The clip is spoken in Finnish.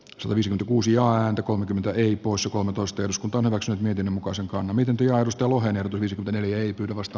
tuhansia uusia ääntä kolmekymmentä eri poissa kolmetoista jos kunta maksaa niiden mukaan se miten tilaustulojen tulisi löytyä vasta